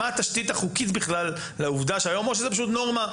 מה התשתית החוקית לעובדה שאני אומר שזאת נורמה?